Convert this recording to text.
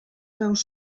veus